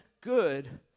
good